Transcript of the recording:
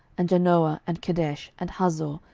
and janoah, and kedesh, and hazor,